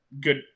good